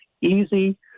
easy